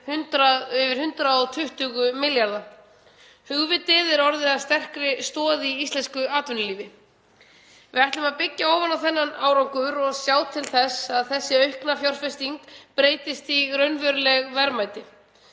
yfir 120 milljarða. Hugvitið er orðið að sterkri stoð í íslensku atvinnulífi. Við ætlum að byggja ofan á þennan árangur og sjá til þess að þessi aukna fjárfesting breytist í raunveruleg verðmæti.